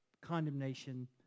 condemnation